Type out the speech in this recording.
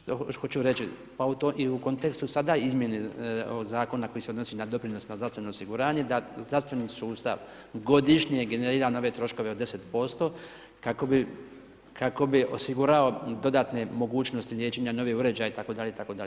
Što hoću reći, pa u to i u kontekstu sada izmjena koji se odnosi na doprinos na zdravstveno osiguranje da zdravstveni sustav godišnje generira nove troškove od 10% kako bi, kako bi osigurao dodatne mogućnosti liječenja, novi uređaji itd., itd.